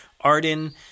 arden